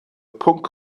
pwnc